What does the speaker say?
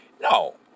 No